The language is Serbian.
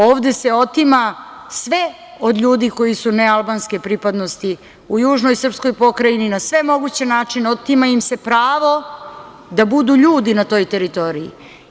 Ovde se otima sve od ljudi koji su nealbanske pripadnosti u južnoj srpskoj pokrajini na sve moguće načine, otima im se pravo da budu ljudi na toj teritoriji.